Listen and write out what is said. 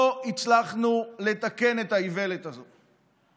לא הצלחנו לתקן את האיוולת הזאת.